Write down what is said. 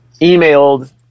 emailed –